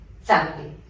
family